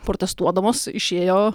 protestuodamos išėjo